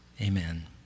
Amen